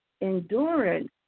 endurance